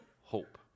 hope